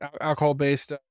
alcohol-based